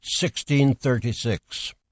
1636